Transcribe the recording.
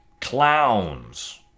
clowns